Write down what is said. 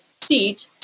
seat